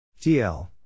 TL